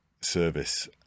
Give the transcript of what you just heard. service